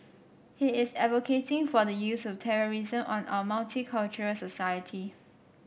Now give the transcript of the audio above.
he is advocating for the use of terrorism on our multicultural society